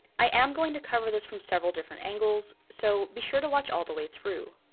i am going to cover this from several different angles, so, be sure to watch all the way through.